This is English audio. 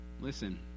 Listen